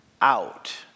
out